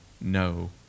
no